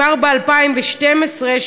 כבר ב-2012,